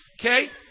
Okay